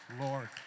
Lord